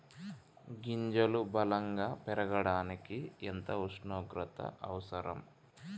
గింజలు బలం గా పెరగడానికి ఎంత ఉష్ణోగ్రత అవసరం?